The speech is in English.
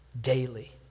daily